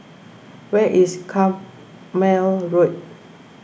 where is Carpmael Road